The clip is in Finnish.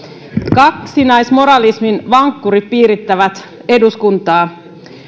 kaksinaismoralismin vankkurit piirittävät eduskuntaa